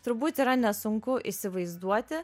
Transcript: turbūt yra nesunku įsivaizduoti